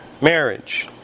marriage